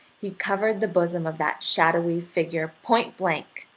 he covered the bosom of that shadowy figure point-blank,